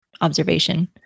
observation